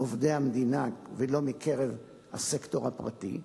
עובדי המדינה ולא מקרב הסקטור הפרטי,